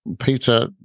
Peter